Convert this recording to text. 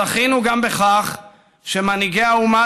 זכינו גם בכך שמנהיגי האומה,